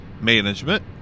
management